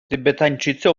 tybetańczycy